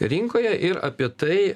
rinkoje ir apie tai